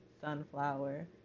sunflower